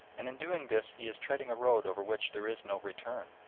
and in doing this he is treading a road over which there is no return.